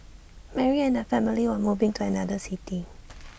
Mary and her family were moving to another city